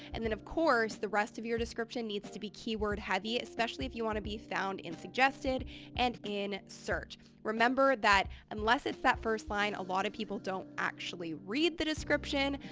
and then, of course, the rest of your description needs to be keyword heavy, especially if you want to be found in suggested and in search. remember that, unless it's that first line, a lot of people don't actually read the description,